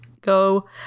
go